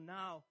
now